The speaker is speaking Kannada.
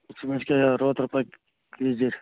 ಹಸಿಮೆಣ್ಸಿಗೆ ಅರವತ್ತು ರೂಪಾಯಿ ಕೆ ಜಿ ರೀ